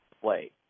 play